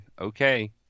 okay